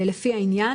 לפי העניין.